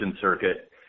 circuit